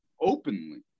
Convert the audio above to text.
openly